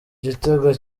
igitego